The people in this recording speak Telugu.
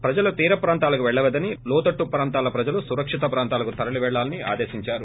ప్రజలు తీర ప్రాంతాలకు పెళ్లవద్దని లోతట్టు ప్రాంత ప్రజలు సురక్షిత ప్రాంతాలకు తరలీ పెళ్లాలని ఆదేశించారు